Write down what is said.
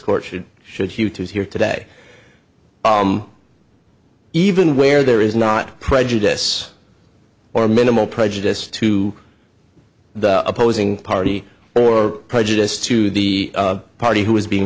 court should should hew to here today even where there is not prejudice or minimal prejudice to the opposing party or prejudice to the party who is being